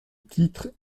titre